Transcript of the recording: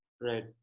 Right